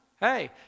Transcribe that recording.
hey